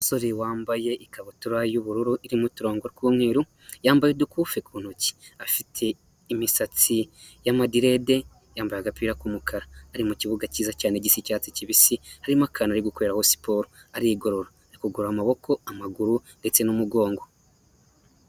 Umusore wambaye ikabutura y'ubururu irimo uturongo tw'umweru, yambaye udukufi ku ntoki, afite imisatsi y'amadirede yambaye agapira k'umukara, ari mu kibuga cyiza cyane gisa icyatsi kibisi, harimo akantu ari gukoreraho siporo, arigorora ari kugorora amaboko, amaguru ndetse n'umugongo.